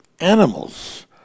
animals